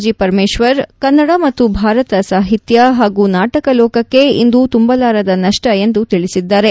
G Parameshwar Kannada ಮತ್ತು ಭಾರತ ಸಾಹಿತ್ಯ ಹಾಗೂ ನಾಟಕ ಲೋಕಕ್ಕೆ ಇದು ತುಂಬಲಾರದ ನಷ್ವ ಎಂದು ತಿಳಿಸಿದ್ದಾರೆ